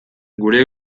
gure